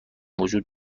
وجود